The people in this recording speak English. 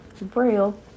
Braille